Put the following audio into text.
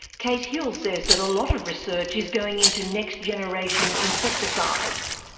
cate hill says that a lot of research is going into next generation insecticides.